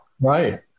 Right